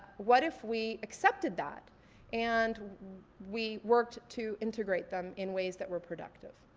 what if we accepted that and we worked to integrate them in ways that were productive?